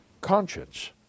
conscience